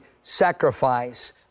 sacrifice